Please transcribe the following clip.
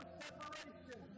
separation